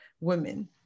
women